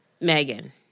Megan